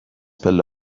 پله